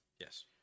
Yes